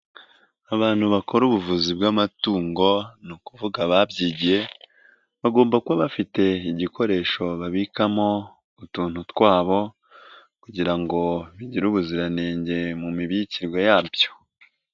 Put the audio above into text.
Abantu bakora ubuvuzi bw'amatungo ni ukuvuga babyigiye, bagomba kuba bafite igikoresho babikamo utuntu twabo kugira ngo bigire ubuziranenge mu mibikirwe yabyo.